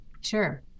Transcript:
Sure